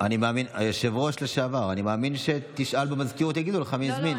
אני מאמין שאם תשאל במזכירות, יגידו לך מי הזמין.